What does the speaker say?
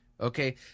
Okay